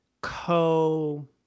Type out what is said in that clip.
co-